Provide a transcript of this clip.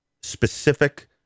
specific